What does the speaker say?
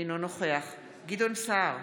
אינו נוכח גדעון סער,